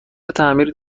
تعمیر